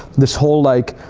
this whole like,